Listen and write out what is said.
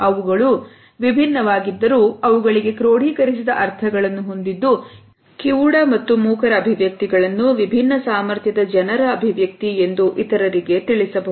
ಅವು ವಿಭಿನ್ನವಾಗಿದ್ದರೂ ಅವುಗಳಿಗೆ ಕ್ರೋಡೀಕರಿಸಿದ ಅರ್ಥಗಳನ್ನು ಹೊಂದಿದ್ದು ಕಿವುಡ ಮತ್ತು ಮೂಕರ ಅಭಿವ್ಯಕ್ತಿಗಳನ್ನು ವಿಭಿನ್ನ ಸಾಮರ್ಥ್ಯದ ಜನರಿಗೆ ಅಭಿವ್ಯಕ್ತಿ ಎಂದು ಇತರರಿಗೆ ತಿಳಿಸಬಹುದು